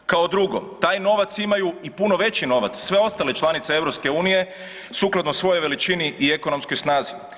Kao drugo taj novac imaju i puno veći novac sve ostale članice EU sukladno svojoj veličini i ekonomskoj snazi.